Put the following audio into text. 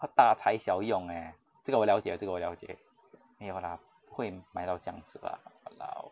ah 大材小用 leh 这个我了解这个我了解没有:zhe ge wo liaojie zhe ge wo liao jie mei you lah 不会买到这样子 lah !walao!